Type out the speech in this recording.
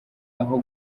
aho